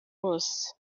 bose